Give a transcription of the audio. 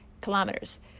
kilometers